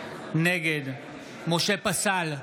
נגד משה פסל,